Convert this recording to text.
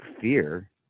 fear